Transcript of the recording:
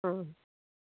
অঁ